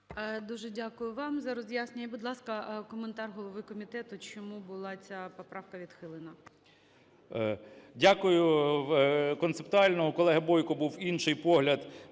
Дуже дякую вам за роз'яснення. Будь ласка, коментар голови комітету, чому була ця поправка відхилена. 12:55:12 КНЯЖИЦЬКИЙ М.Л. Дякую. Концептуально у колеги Бойко був інший погляд